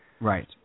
Right